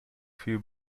few